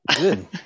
Good